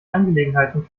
angelegenheiten